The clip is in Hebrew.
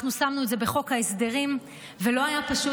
אנחנו שמנו את זה בחוק ההסדרים, ולא היה פשוט.